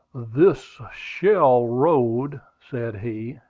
this shell road, said he,